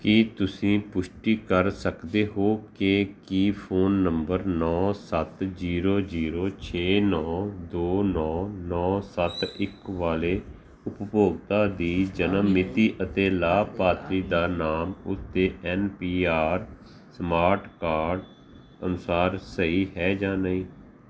ਕੀ ਤੁਸੀਂ ਪੁਸ਼ਟੀ ਕਰ ਸਕਦੇ ਹੋ ਕਿ ਕੀ ਫੋਨ ਨੰਬਰ ਨੌ ਸੱਤ ਜ਼ੀਰੋ ਜ਼ੀਰੋ ਛੇ ਨੌ ਦੋ ਨੌ ਨੌ ਸੱਤ ਇੱਕ ਵਾਲੇ ਉਪਭੋਗਤਾ ਦੀ ਜਨਮ ਮਿਤੀ ਅਤੇ ਲਾਭਪਾਤਰੀ ਦਾ ਨਾਮ ਉਸਦੇ N P R smart card ਅਨੁਸਾਰ ਸਹੀ ਹੈ ਜਾਂ ਨਹੀਂ